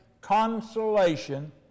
consolation